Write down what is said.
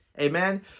Amen